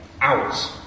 hours